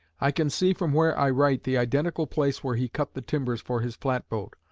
i can see from where i write the identical place where he cut the timbers for his flatboat,